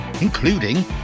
including